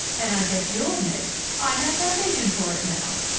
and i guess you'll admit i have foundation for it now!